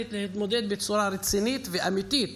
מסוגלת להתמודד בצורה רצינית ואמיתית